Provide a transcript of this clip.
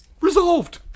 resolved